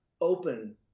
open